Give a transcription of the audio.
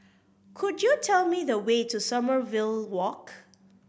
could you tell me the way to Sommerville Walk